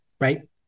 right